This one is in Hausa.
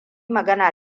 magana